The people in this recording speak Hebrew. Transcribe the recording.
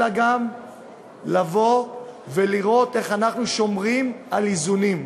אלא גם לבוא ולראות איך אנחנו שומרים על איזונים.